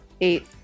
Eight